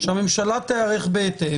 שהממשלה תיערך בהתאם.